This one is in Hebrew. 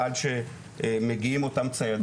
עד שמגיעים אותם ציידים.